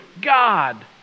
god